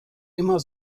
immer